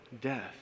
death